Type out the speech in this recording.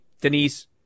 Denise